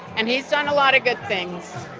and he's done a lot of good things